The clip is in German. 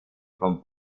vom